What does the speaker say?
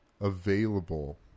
available